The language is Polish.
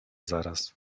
zaraz